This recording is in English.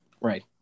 Right